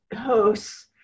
hosts